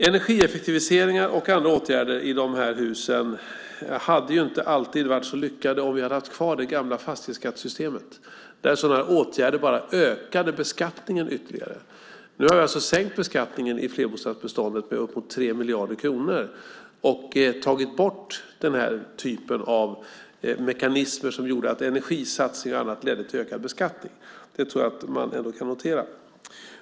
Energieffektiviseringar och andra åtgärder i dessa hus hade inte varit så lyckade om vi hade haft kvar det gamla fastighetsskattesystemet där sådana åtgärder bara ökade beskattningen ytterligare. Nu har vi alltså sänkt beskattningen i flerbostadsbeståndet med upp emot 3 miljarder kronor och tagit bort den typ av mekanismer som gjorde att energisatsningar och annat ledde till ökad beskattning. Det måste man ändå notera.